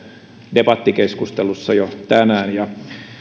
debattikeskustelussa jo tänään